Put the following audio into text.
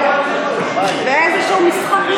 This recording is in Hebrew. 57. אני קובע כי הצעת החוק לא